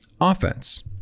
offense